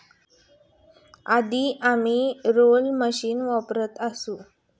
आधी आम्ही reel machine वापरत असू